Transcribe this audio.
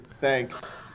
thanks